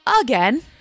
again